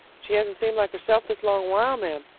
she hasn't seemed like herself this long while, ma'am.